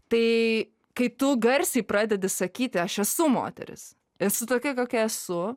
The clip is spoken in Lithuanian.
tai kai tu garsiai pradedi sakyti aš esu moteris esu tokia kokia esu